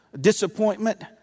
Disappointment